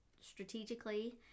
strategically